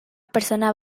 persona